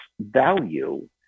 value